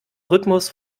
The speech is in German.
rhythmus